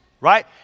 right